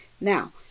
Now